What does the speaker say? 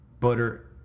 Butter